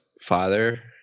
father